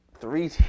three